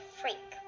freak